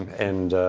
and